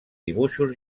dibuixos